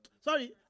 Sorry